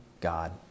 God